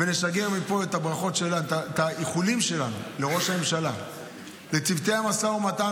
ולשגר מפה את האיחולים שלנו לראש הממשלה ולצוותי המשא ומתן,